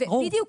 בדיוק.